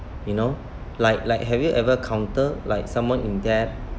you know like like have you ever encounter like someone in debt